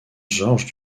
georges